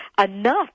enough